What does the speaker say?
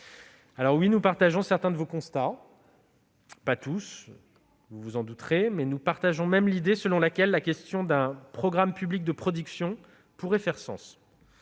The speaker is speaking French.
». Nous partageons certains de vos constats ; pas tous, vous vous en douterez. Nous partageons même l'idée selon laquelle la question d'un programme public de production pourrait faire sens.